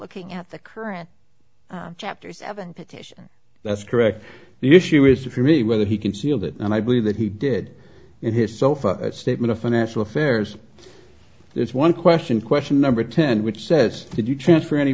looking at the current chapter seven petition that's correct the issue is that for me whether he concealed it and i believe that he did in his sofa statement of financial affairs there's one question question number ten which says did you transfer any